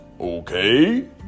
okay